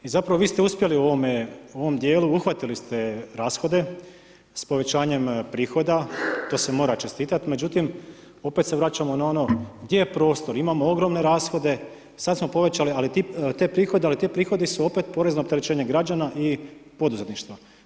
I zapravo vi ste uspjeli u ovom dijelu, uhvatili ste rashode, s povećanjem prihoda, to se mora čestitati, međutim, opet se vraćamo na ono gdje je prostor, imamo ogromne rashode, sada smo povećali, ali te prihode, ali ti prihodi su opet porezno opterećenje građana i poduzetništva.